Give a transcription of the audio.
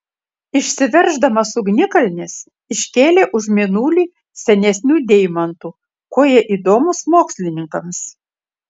išsiverždamas ugnikalnis iškėlė už mėnulį senesnių deimantų kuo jie įdomūs mokslininkams